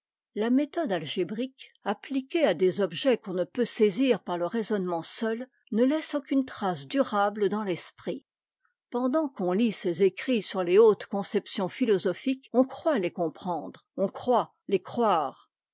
la méthode algébrique ap pliquée à des objets qu'on ne peut saisir par le raisonnement seul ne laisse aucune trace durable dans l'esprit pendant qu'on lit ces écrits sur les hautes conceptions philosophiques on croit les comprendre on croit les croire